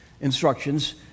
instructions